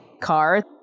car